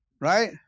Right